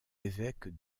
évêques